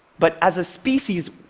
but as a species,